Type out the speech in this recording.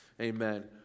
amen